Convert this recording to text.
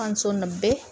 ਪੰਜ ਸੌ ਨੱਬੇ